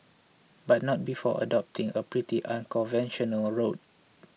but not before adopting a pretty unconventional route